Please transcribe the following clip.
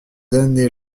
années